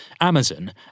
Amazon